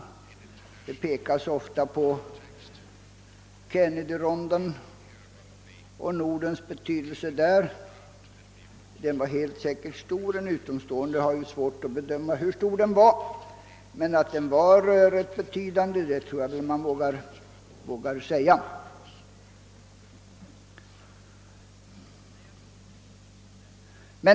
Det pekas ofta på Nordens betydelse i Kennedyronden. En utomstående har svårt att bedöma hur stor den var, men att den var rätt betydande tror jag man vågar säga.